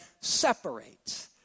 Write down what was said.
separate